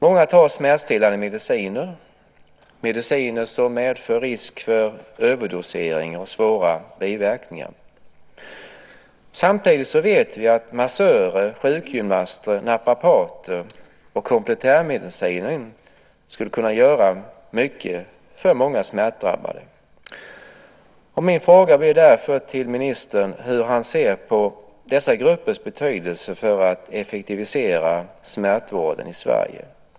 Många tar smärtstillande mediciner, mediciner som medför risk för överdosering och svåra biverkningar. Samtidigt vet vi att massörer, sjukgymnaster, naprapater och komplementärmedicin skulle kunna göra mycket för många smärtdrabbade. Min fråga till ministern blir därför hur han ser på dessa gruppers betydelse när det gäller att effektivisera smärtvården i Sverige.